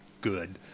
good